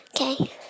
okay